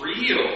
real